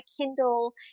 Kindle